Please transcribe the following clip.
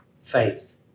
Faith